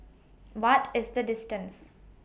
What IS The distance